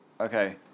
Okay